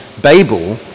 Babel